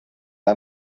ein